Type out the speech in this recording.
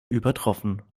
übertroffen